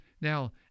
Now